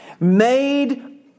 Made